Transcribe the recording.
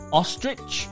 ostrich